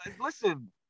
listen